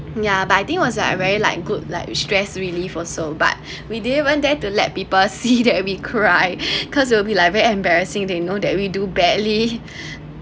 ya but I think was like very like good like stress relief also but we didn't even dare to let people see that we cry because will be like very embarrassing they know that we do badly